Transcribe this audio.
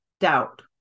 doubt